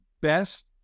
best